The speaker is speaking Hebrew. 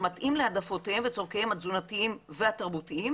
מתאים להעדפותיהם ולצרכיהם התזונתיים והתרבותיים,